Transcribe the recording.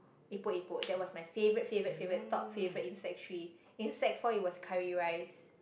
epok epok that was my favorite favorite favorite top favorite in sec-three in sec-four it was curry rice